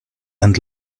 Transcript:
and